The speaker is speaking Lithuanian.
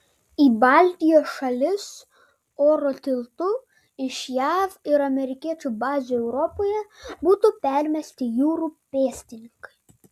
į baltijos šalis oro tiltu iš jav ir amerikiečių bazių europoje būtų permesti jūrų pėstininkai